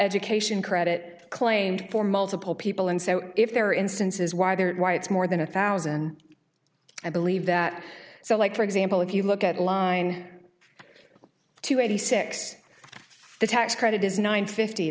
education credit claimed for multiple people and so if there are instances where there why it's more than a thousand i believe that so like for example if you look at line two eighty six the tax credit is nine fifty